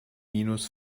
minus